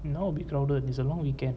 now will be crowded it's a long weekend